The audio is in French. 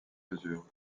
mesure